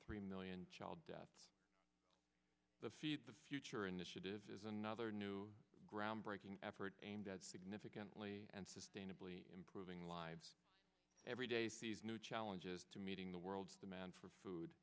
three million child deaths the feed the future initiative is another new groundbreaking effort aimed at significantly and sustainably improving lives every day sees new challenges to meeting the world's demand for food